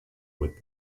with